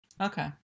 Okay